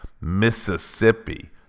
Mississippi